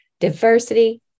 diversity